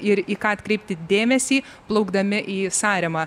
ir į ką atkreipti dėmesį plaukdami į saremą